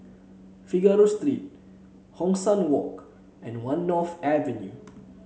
Figaro Street Hong San Walk and One North Avenue